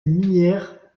minière